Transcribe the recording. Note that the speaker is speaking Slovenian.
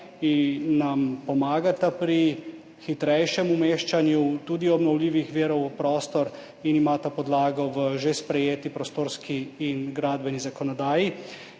in nam tudi pomagata pri hitrejšem umeščanju obnovljivih virov v prostor in imata podlago v že sprejeti prostorski in gradbeni zakonodaji.